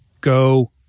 Go